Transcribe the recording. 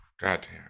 Goddamn